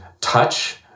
touch